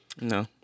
No